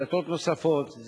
דתות נוספות,